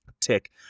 tick